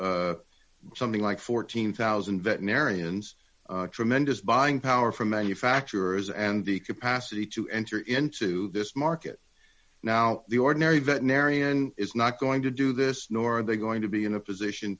with something like fourteen thousand dollars veterinarians tremendous buying power from manufacturers and the capacity to enter into this market now the ordinary veterinarian is not going to do this nor are they going to be in a position